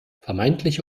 vermeintliche